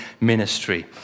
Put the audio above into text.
ministry